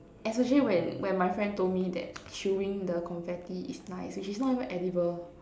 especially when when my friend told me that chewing the confetti is nice which is not even edible